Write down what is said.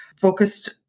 focused